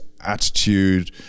attitude